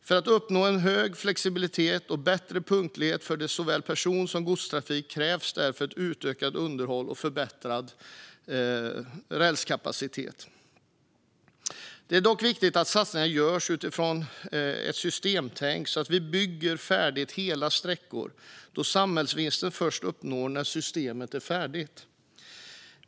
För att uppnå en hög flexibilitet och bättre punktlighet för såväl person som godstrafik krävs därför ett utökat underhåll och förbättrad rälskapacitet. Det är dock viktigt att satsningar görs utifrån ett systemtänk så att vi bygger färdigt hela sträckor då samhällsvinsten uppnås först när systemet är färdigt.